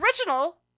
original